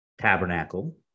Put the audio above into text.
Tabernacle